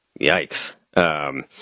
Yikes